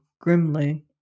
grimly